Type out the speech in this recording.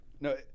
No